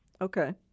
Okay